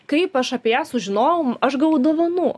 kaip aš apie ją sužinojau aš gavau dovanų